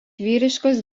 vyriškos